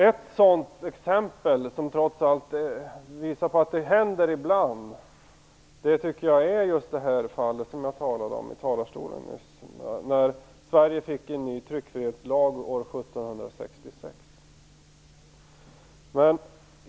Ett sådant exempel, som trots allt visar att det händer ibland, är just det fall som jag talade om nyss, när Sverige fick en ny tryckfrihetslag år 1766.